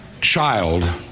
child